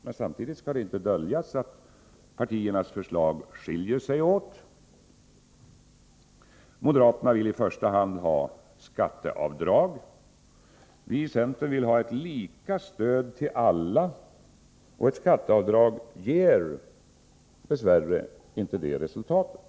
Men samtidigt skall det inte döljas att partiernas förslag skiljer sig åt. Moderaterna vill i första hand ha skatteavdrag. Vii centern vill ha ett lika stöd till alla, och ett skatteavdrag ger dess värre inte det resultatet.